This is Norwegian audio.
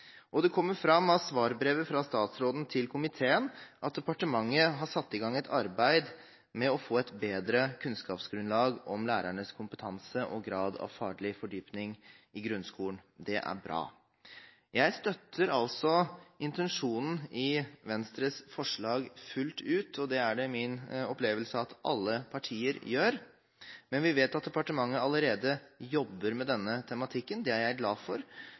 er. Det kommer fram av svarbrevet fra statsråden til komiteen at departementet har satt i gang et arbeid med å få et bedre kunnskapsgrunnlag om lærernes kompetanse og grad av faglig fordypning i grunnskolen. Det er bra. Jeg støtter altså intensjonen i Venstres forslag fullt ut – det er det min opplevelse at alle partier gjør – men vi vet at departementet allerede jobber med denne tematikken. Det er jeg glad for,